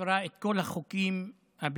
שמפירה את כל החוקים הבין-לאומיים,